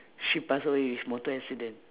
she pass away with motor accident